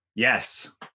Yes